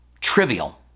trivial